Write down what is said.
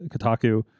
Kotaku